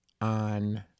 on